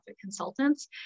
consultants